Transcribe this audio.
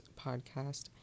podcast